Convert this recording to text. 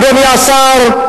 אדוני השר,